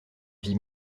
vie